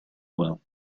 well